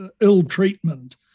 ill-treatment